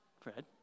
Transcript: Fred